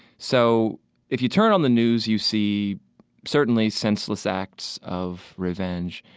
so if you turn on the news, you see certainly senseless acts of revenge.